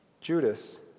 Judas